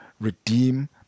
redeem